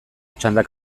txandak